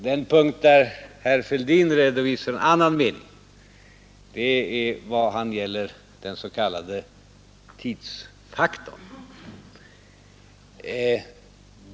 Den punkt där herr Fälldin redovisar en annan mening gäller den s.k. tidsfaktorn.